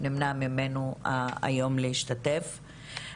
נמנע ממנו היום להשתתף.